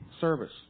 service